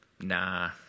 Nah